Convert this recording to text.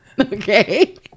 okay